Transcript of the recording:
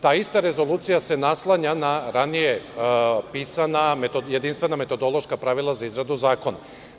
Ta ista rezolucija se naslanja na ranije pisana jedinstvena metodološka pravila za izradu zakona.